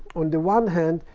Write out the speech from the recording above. on the one hand,